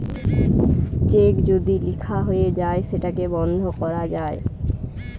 check যদি লিখা হয়ে যায় সেটাকে বন্ধ করা যায়